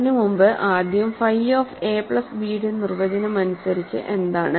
അതിനുമുമ്പ് ആദ്യം phi of A plus B യുടെ നിർവചനം അനുസരിച്ച് എന്താണ്